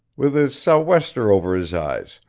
with his sou'wester over his eyes,